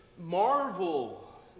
marvel